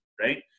right